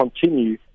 continue